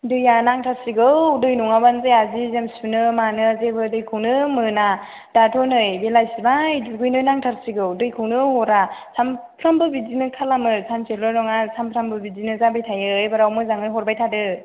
दैया नांथारसिगौ दै नङाबानो जाया जि जोम सुनो मानो जेबो दैखौनो मोना दाथ' नै बेलासिबाय दुगैनो नांथारसिगौ दैखौनो हरा सानफ्रामबो बिदिनो खालामो सानसेल' नङा सानफ्रामबो बिदिनो जाबाय थायो एबाराव मोजाङै हरबाय थादो